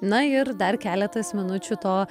na ir dar keletas minučių to